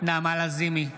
נעמה לזימי,